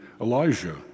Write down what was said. Elijah